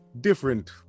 different